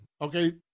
okay